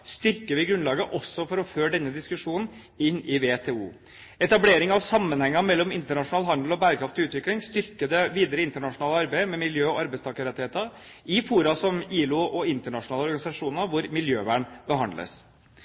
styrker vi grunnlaget også for å føre denne diskusjonen inn i WTO. Etableringen av sammenhenger mellom internasjonal handel og bærekraftig utvikling styrker det videre internasjonale arbeidet med miljø og arbeidstakerrettigheter i fora som ILO og internasjonale organisasjoner hvor miljøvern behandles.